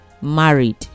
married